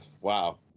wow